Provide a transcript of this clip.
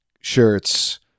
shirts